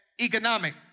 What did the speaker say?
economic